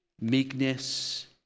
meekness